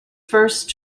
first